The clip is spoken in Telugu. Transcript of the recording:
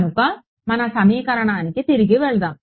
కనుక మన సమీకరణానికి తిరిగి వెళ్దాం